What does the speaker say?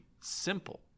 simple